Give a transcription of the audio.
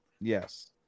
Yes